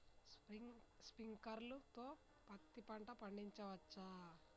Sprinkler తో పత్తి పంట పండించవచ్చా?